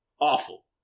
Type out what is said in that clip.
awful